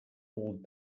old